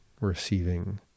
receiving